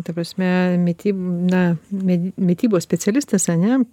ta prasme mity na mitybos specialistas ane